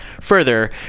Further